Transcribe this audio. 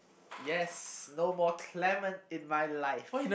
yes no more Clement in my life